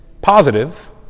positive